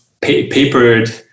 papered